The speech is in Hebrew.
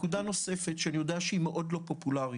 נקודה נוספת, שאני יודע שהיא מאוד לא פופולרית: